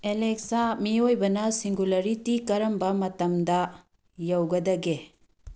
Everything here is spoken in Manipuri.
ꯑꯦꯂꯦꯛꯁꯥ ꯃꯤꯑꯣꯏꯕꯅ ꯁꯤꯡꯒꯨꯂꯥꯔꯤꯇꯤ ꯀꯔꯝꯕ ꯃꯇꯝꯗ ꯌꯧꯒꯗꯒꯦ